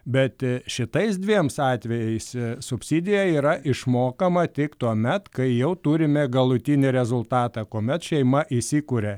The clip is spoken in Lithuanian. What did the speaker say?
bet šitais dviems atvejais subsidija yra išmokama tik tuomet kai jau turime galutinį rezultatą kuomet šeima įsikuria